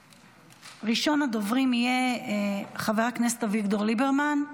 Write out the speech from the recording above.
ראשון הדוברים יהיה חבר הכנסת אביגדור ליברמן,